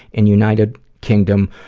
in united kingdom,